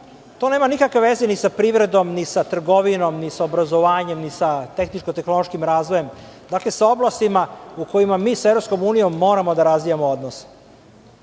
To nema nikakve veze ni sa privredom, ni sa trgovinom, ni sa obrazovanjem, ni sa tehničko-tehnološkim razvojem, dakle sa oblastima u kojima mi sa EU moramo da razvijamo odnose,